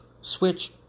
switch